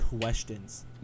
questions